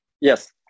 yes